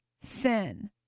sin